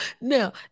Now